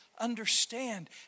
understand